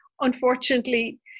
unfortunately